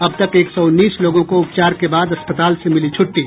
अब तक एक सौ उन्नीस लोगों को उपचार के बाद अस्पताल से मिली छुट्टी